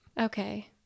Okay